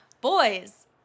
boys